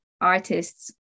artists